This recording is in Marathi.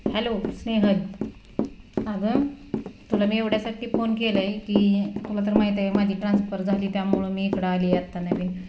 हॅलो स्नेहल अगं तुला मी एवढ्यासाठी फोन केलं आहे की तुला तर माहीत आहे माझी ट्रान्सफर झाली त्यामुळं मी इकडं आली आत्ता नवीन